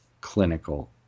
clinical